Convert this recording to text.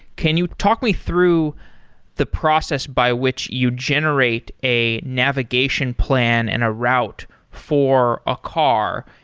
can you talk me through the process by which you generate a navigation plan and a route for a car,